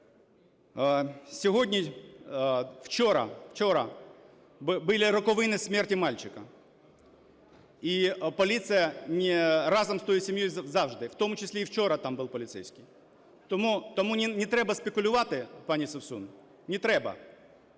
Сьогодні… Вчора були роковини смерті мальчика. І поліція разом з тією сім'єю завжди, в тому числі і вчора там був поліцейський. Тому не треба спекулювати, пані Совсун. Не треба.